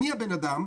מי הבן אדם?